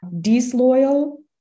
disloyal